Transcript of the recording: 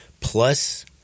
plus